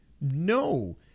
no